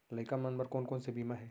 लइका मन बर कोन कोन से बीमा हे?